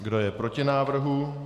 Kdo je proti návrhu?